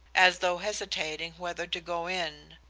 as though hesitating whether to go in.